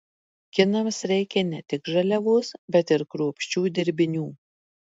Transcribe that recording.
kinams reikia ne tik žaliavos bet ir kruopščių dirbinių